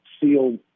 sealed